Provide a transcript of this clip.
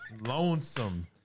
lonesome